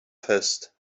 fest